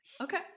Okay